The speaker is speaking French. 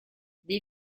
des